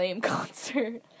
concert